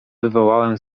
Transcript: wywołałem